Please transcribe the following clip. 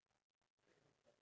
yes